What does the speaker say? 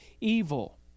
evil